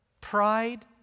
pride